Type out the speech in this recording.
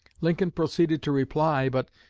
lincoln proceeded to reply but,